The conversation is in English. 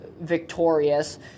victorious